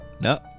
No